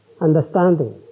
understanding